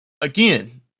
again